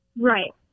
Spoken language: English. Right